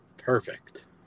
Perfect